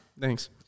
Thanks